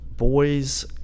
boys